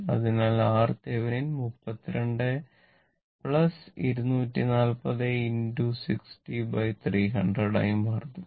അതിനാൽ RThevenin 32 24060300 ആയി മാറുന്നു